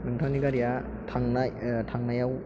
नोंथांनि गारिया थांनाय थांनायाव